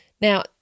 Now